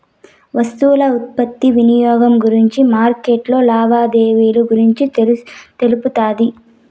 వస్తువుల ఉత్పత్తి వినియోగం గురించి మార్కెట్లో లావాదేవీలు గురించి తెలుపుతాది